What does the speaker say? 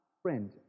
Friend